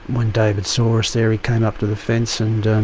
when david saw us there he came up to the fence and